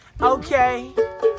Okay